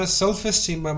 self-esteem